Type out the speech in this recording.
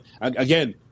Again